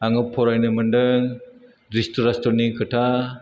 आङो फरायनो मोनदों धृत'राष्ट्रनि खोथा